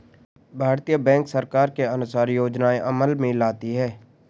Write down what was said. भारतीय बैंक सरकार के अनुसार योजनाएं अमल में लाती है